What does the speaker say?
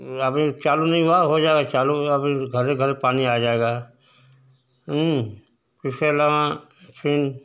अभी चालू नहीं हुआ हो जाएगा चालू अभी घरे घरे पानी आय जाएगा इसे अलावा फिर